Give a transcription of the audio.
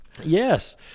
Yes